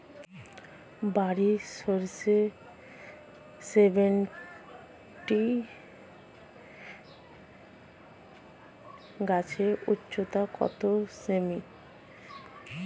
বারি সরিষা সেভেনটিন গাছের উচ্চতা কত সেমি?